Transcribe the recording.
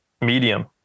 medium